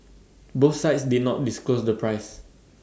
both sides did not disclose the price